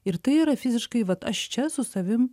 ir tai yra fiziškai vat aš čia su savim